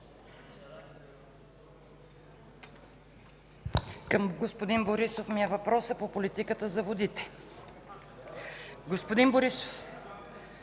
Към господин Борисов ми е въпросът по политиката за водите. Господин Борисов,